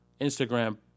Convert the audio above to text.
Instagram